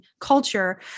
culture